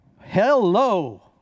hello